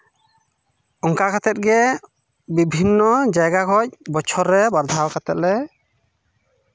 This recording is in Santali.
ᱚᱱᱠᱟ ᱠᱟᱛᱮᱜ ᱜᱮ ᱵᱤᱵᱷᱤᱱᱱᱚ ᱡᱟᱭᱜᱟ ᱠᱷᱚᱱ ᱵᱚᱪᱷᱚᱨ ᱨᱮ ᱵᱟᱨ ᱫᱷᱟᱣ ᱠᱟᱛᱮᱜ ᱞᱮ